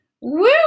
Woo